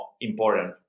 important